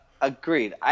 Agreed